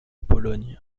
pologne